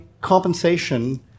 compensation